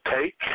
take